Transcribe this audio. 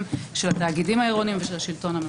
של התאגידים העירוניים ושל השלטון המקומי.